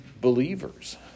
believers